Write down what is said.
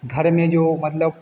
घर में जो मतलब